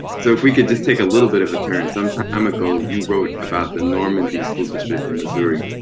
so, if we could just take a little bit of a turn, some time ago, you wrote about the normandy school district in missouri,